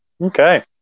Okay